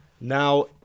Now